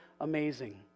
amazing